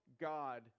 God